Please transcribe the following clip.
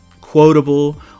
quotable